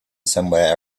somewhere